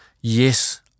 Yes